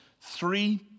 three